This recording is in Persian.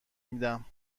میدم